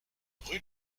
rue